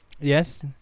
yes